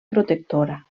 protectora